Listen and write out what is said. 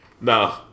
No